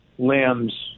limbs